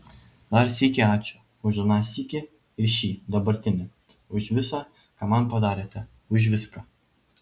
dar sykį ačiū už aną sykį ir šį dabartinį už visa ką man padarėte už viską